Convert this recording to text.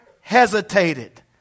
hesitated